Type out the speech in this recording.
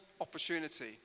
opportunity